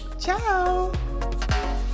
Ciao